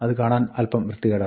അത് കാണാൻ അല്പം വൃത്തികേടാണ്